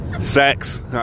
Sex